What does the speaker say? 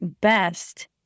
best